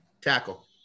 Tackle